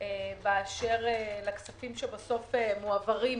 באשר לכספים שבסוף מועברים,